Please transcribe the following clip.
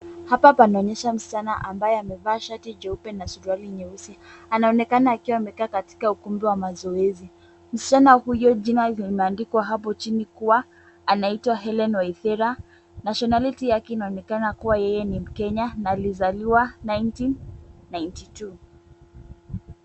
Hapa panaonyesha msichana ambaye amevaa shati jeupe na suruali nyeusi. Anaonekana akiwa amekaa katika ukumbi wa mazoezi. Msichana huyo jina limeandikwa hapo chini kuwa anaitwa Hellen Waithira. Nationality yake inaonekana kuwa yeye ni mkenya na alizaliwa nineteen ninety two .